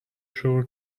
شروع